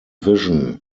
vision